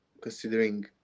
considering